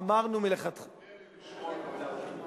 אמרנו מלכתחילה, תן לי לשמוע ממנה את התשובה.